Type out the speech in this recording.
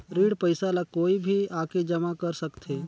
ऋण पईसा ला कोई भी आके जमा कर सकथे?